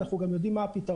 אנחנו גם יודעים מה הפתרון